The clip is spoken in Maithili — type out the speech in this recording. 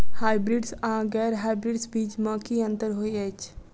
हायब्रिडस आ गैर हायब्रिडस बीज म की अंतर होइ अछि?